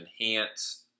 enhance